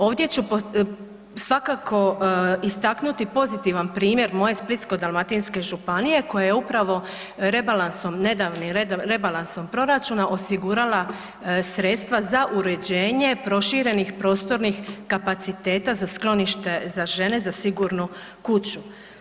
Ovdje ću svakako istaknuti pozitivan primjer moje Splitsko-dalmatinske županije koja je upravo rebalansom, nedavnim rebalansom proračuna osigurala sredstva za uređenje proširenih prostornih kapaciteta za sklonište za žene za sigurnu kuću.